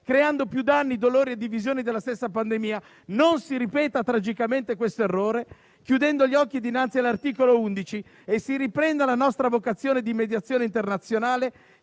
creando più danni, dolori e divisioni della stessa pandemia. Non si ripeta tragicamente questo errore, chiudendo gli occhi dinanzi all'articolo 11, e si riprenda la nostra vocazione di mediazione internazionale,